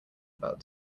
about